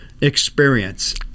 experience –